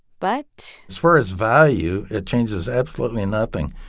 but. as far as value, it changes absolutely nothing.